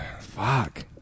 Fuck